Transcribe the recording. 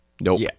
Nope